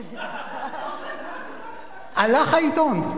הלך העיתון.